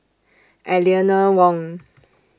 Eleanor Wong